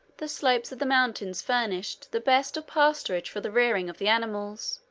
the slopes of the mountains furnished the best of pasturage for the rearing of the animals,